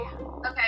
Okay